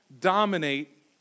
dominate